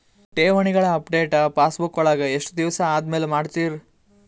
ಠೇವಣಿಗಳ update passbook ವಳಗ ಎಷ್ಟ ದಿವಸ ಆದಮೇಲೆ ಮಾಡ್ತಿರ್?